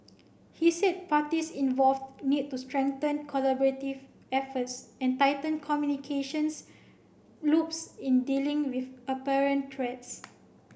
he said parties involved need to strengthen collaborative efforts and tighten communications loops in dealing with apparent threats